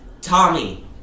Tommy